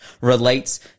relates